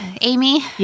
Amy